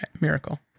Miracle